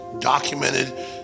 documented